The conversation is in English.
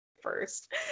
first